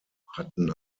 hatten